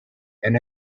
and